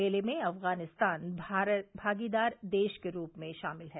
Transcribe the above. मेले में अफगानिस्तान भागीदार देश के रूप में शामिल है